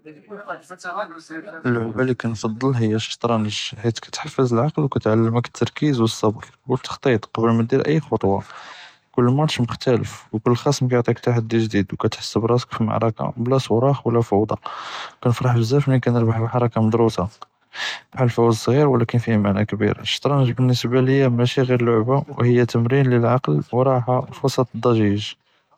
אללעבה ללי כנפדל היא א־שטרנג', אבחית היא כתחפז אלעקל והי כאתעלמכ א־לתרכיז וא־סבר וא־לתחתיט קבל מא דיר אִי חטוה, כל מאטש מכתלף אוא כל חסם יעטיכ תחדי ג'דיד, וכתחס בראשכ פי מערכה בלא צראח ולא פודא, כנפרח בזאף מנין כאנרבח אלחרכה מדרוסה בחאל אלפוז סג'יר ולאכּן פיה מענה כביר, א־שטרנג' באלניסבה לי מאשי ע'יר לעבה ולאכּן היא תמראן ל־לעקל וראחה פי וסאט א־לד'ג'יג'.